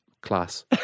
Class